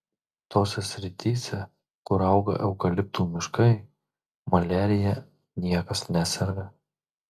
tose srityse kur auga eukaliptų miškai maliarija niekas neserga